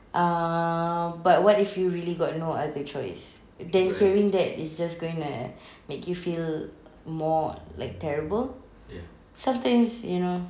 err but what if you really got no other choice then hearing that is just going to make you feel more like terrible sometimes you know